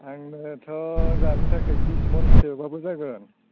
आंनोथ' जानो थाखाय बिस मनसोब्लाबो जागोन